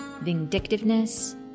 vindictiveness